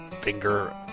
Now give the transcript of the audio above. finger